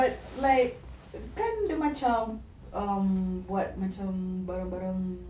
but like kan dia macam buat macam barang-barang